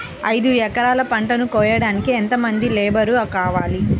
ఐదు ఎకరాల పంటను కోయడానికి యెంత మంది లేబరు కావాలి?